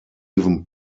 even